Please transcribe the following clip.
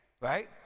Right